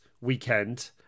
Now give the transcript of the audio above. weekend